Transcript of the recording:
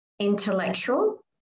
intellectual